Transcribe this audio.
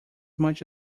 much